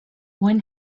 when